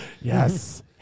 yes